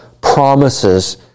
promises